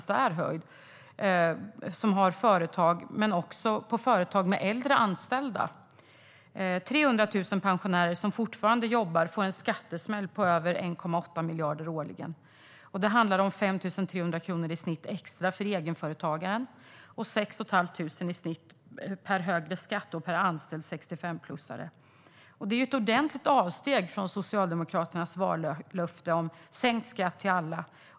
Det gäller dem som har företag men också företag med äldre anställda. 300 000 pensionärer som fortfarande jobbar får en skattesmäll på över 1,8 miljarder årligen. Det handlar om 5 300 kronor extra i snitt för egenföretagaren och 6 500 kronor i snitt i högre skatt per anställd 65-plussare. Det är ett ordentligt avsteg från Socialdemokraternas vallöfte om sänkt skatt till alla.